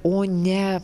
o ne